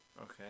Okay